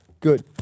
good